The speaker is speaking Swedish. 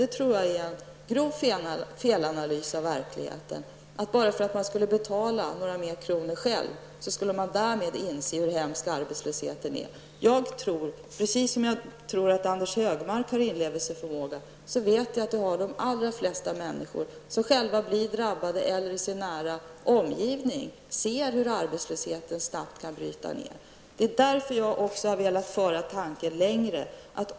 Jag tror att det är en grov felanalys av verkligheten att säga att man, bara därför att man själv skulle betala ytterligare några kronor, därmed skulle inse hur hemsk arbetslösheten är. Precis som jag tror att Anders G Högmark har inlevelseförmåga, så vet jag att de allra flesta människor som själva blir drabbade eller som i sin nära omgivning har någon som drabbas ser hur arbetslösheten snabbt kan bryta ner. Det är därför jag har velat föra tanken längre.